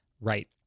Right